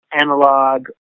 analog